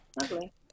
Lovely